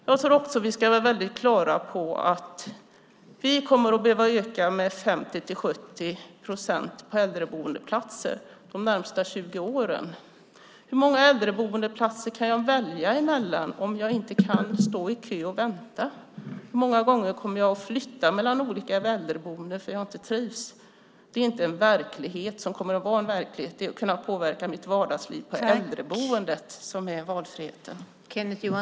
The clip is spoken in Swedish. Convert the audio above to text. Jag tror också att vi ska vara väldigt klara över att vi kommer att behöva öka äldreboendeplatserna med 50-70 procent de närmaste 20 åren. Hur många äldreboendeplatser kan jag välja emellan om jag inte kan stå i kö och vänta? Hur många gånger kommer jag att flytta mellan olika äldreboenden för att jag inte trivs? Det är inte en verklighet som kommer att vara en verklighet när det gäller att kunna påverka mitt vardagsliv på äldreboendet som är valfriheten.